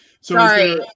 Sorry